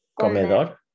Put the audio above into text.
Comedor